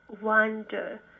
wonder